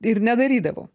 ir nedarydavau